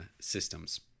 systems